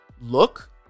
look